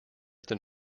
than